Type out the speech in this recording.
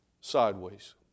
sideways